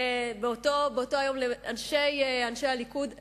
ובאותו היום לאנשי הליכוד,